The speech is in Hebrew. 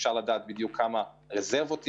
אפשר לדעת כמה רזרבות יש,